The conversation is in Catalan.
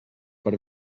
per